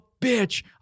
bitch